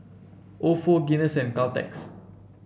ofo Guinness and Caltex